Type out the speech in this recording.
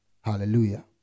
Hallelujah